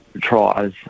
tries